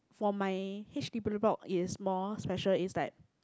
for my H_D_B block is more special is like